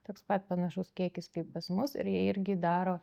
toks pat panašus kiekis kaip pas mus ir jie irgi daro